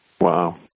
Wow